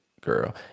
girl